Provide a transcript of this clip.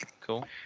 cool